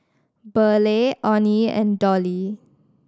Burleigh Onie and Dollie